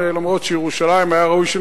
אף-על-פי שירושלים,